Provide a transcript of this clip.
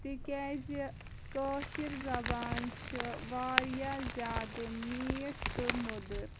تِکیٛازِ کٲشٕر زبان چھِ واریاہ زِیادٕ میٖٹھ تہٕ مٔدٕر